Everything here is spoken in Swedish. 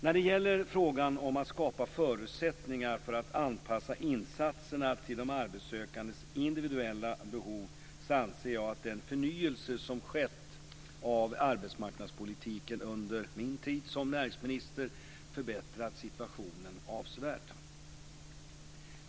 När det gäller frågan om att skapa förutsättningar för att anpassa insatserna till de arbetssökandes individuella behov anser jag att den förnyelse som skett av arbetsmarknadspolitiken under min tid som näringsminister förbättrat situationen avsevärt.